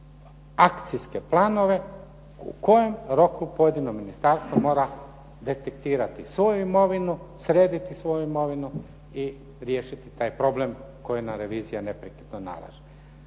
akcijske planove u kojem roku pojedino ministarstvo mora detektirati svoju imovinu, srediti svoju imovinu i riješiti taj problem koji nam revizija neprekidno nalaže.